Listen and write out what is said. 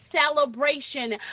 celebration